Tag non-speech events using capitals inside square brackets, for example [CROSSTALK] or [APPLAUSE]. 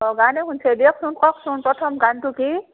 [UNINTELLIGIBLE] কওকচোন প্ৰথম গানটো কি